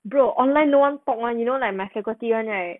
bro online no one talk [one] you know like my faculty [one] right